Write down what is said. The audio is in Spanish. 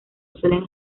suelen